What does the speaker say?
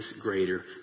greater